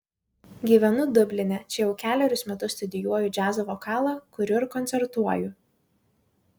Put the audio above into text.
gyvenu dubline čia jau kelerius metus studijuoju džiazo vokalą kuriu ir koncertuoju